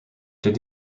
did